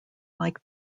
like